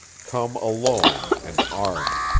come alone and armed.